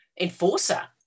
enforcer